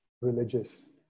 religious